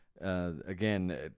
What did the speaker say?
Again